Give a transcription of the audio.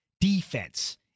defense